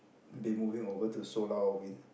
be moving over to solar or wind